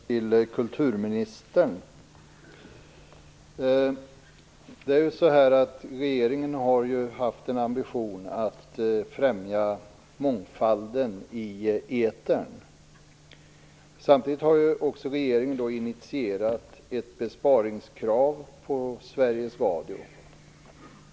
Fru talman! Jag vill ställa en fråga till kulturministern. Regeringen har haft en ambition att främja mångfalden i etern. Samtidigt har regeringen initierat ett besparingskrav på Sveriges Radio.